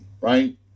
right